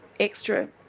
extra